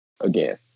Again